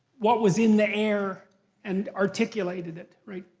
what was in the air and articulated it, right?